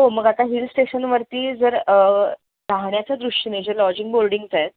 हो मग आता हिल स्टेशनवरती जर राहण्याच्यादृष्टीने जे लॉजिंग बोर्डिंग्ज आहेत